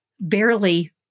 barely